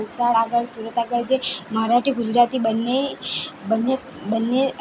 વલસાડ આગળ સુરત આગળ જે મરાઠી ગુજરાતી બંને બંને બંને